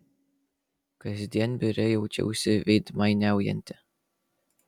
kasdien biure jaučiausi veidmainiaujanti